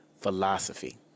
philosophy